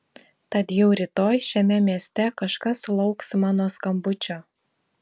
tad jau rytoj šiame mieste kažkas lauks mano skambučio